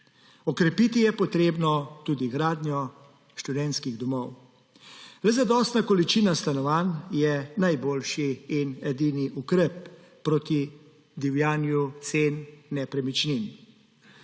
Okrepiti je potrebno tudi gradnjo študentskih domov. Le zadostna količina stanovanj je najboljši in edini ukrep proti divjanju cen nepremičnin.